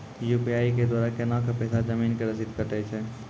UPI के द्वारा केना कऽ पैसा जमीन के रसीद कटैय छै?